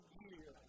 year